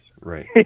Right